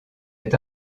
est